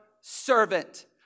servant